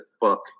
book